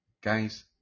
guys